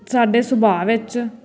ਸਾਡੇ ਸੁਭਾਅ ਵਿੱਚ